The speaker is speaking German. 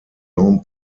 jean